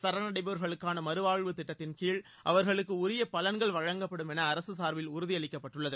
சரன் அடைபவர்களுக்கான மறுவாழ்வு திட்டத்தின்கீழ் அவர்களுக்கு உரிய பலன்கள் வழங்கப்படும் என அரசு சார்பில் உறுதியளிக்கப்பட்டுள்ளது